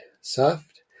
Soft